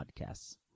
podcasts